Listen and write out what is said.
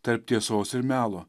tarp tiesos ir melo